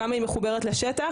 כמה היא מחוברת לשטח,